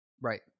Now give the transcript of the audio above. Right